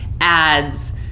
ads